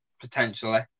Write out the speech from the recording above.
potentially